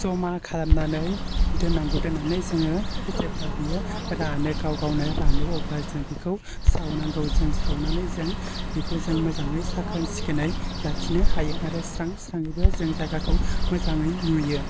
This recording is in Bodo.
जमा खालामनानै दोननांगौ दोननानै जोङो जेब्ला बियो रानो गाव गावनो रानो अब्ला जों बिखौ सावनांगौ जों सावनानै जों बिखौ जों मोजाङै साखोन सिखोनै लाखिनो हायो आरो स्रां स्राङैबो जों जायगाखौ मोजाङै नुयो